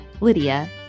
Lydia